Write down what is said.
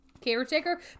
caretaker